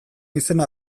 izena